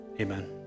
amen